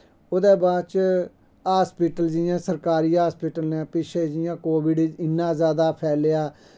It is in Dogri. ओह्दै बाद च हस्पिटल जि'यां सरकारी हस्पिटल न पिच्छें जि'यां कोविड़ इन्ना जादै फैलेआ